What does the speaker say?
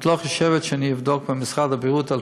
את לא חושבת שאני אבדוק במשרד הבריאות על